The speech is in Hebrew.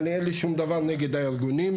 אין לי שום דבר נגד הארגונים.